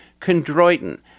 chondroitin